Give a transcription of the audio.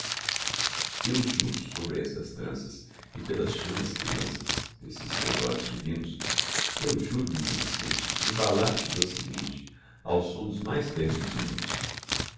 eu juro sobre estas tranças e pelas chamas que lanças desses teus olhos divinos eu juro minha inocente embalar te docemente ao som dos mais ternos hinos